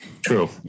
True